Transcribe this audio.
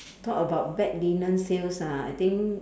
talk about bed linen sales ah I think